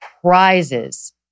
prizes